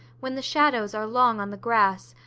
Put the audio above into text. when the shadows are long on the grass,